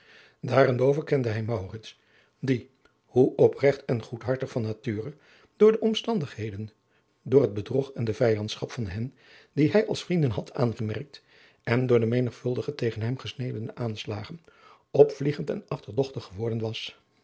daarenboven kende hij maurits die hoe oprecht en goedhartig van nature door de omstandigheden door het bedrog en de vijandschap van hen die hij als vrienden had aangemerkt en door de menigvuldige tegen hem gesmeedde aanslagen opvliegend en achterdochtig geworden was